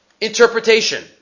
Interpretation